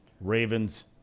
Ravens